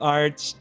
arts